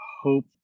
hope